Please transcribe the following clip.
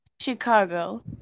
Chicago